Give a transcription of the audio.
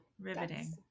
Riveting